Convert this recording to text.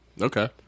Okay